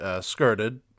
skirted